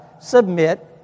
submit